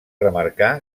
remarcar